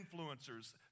influencers